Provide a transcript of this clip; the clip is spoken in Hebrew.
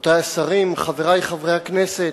רבותי השרים, חברי חברי הכנסת,